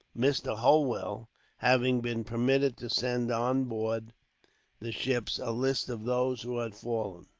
mr. holwell having been permitted to send on board the ships a list of those who had fallen.